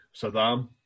Saddam